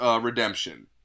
Redemption